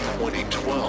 2012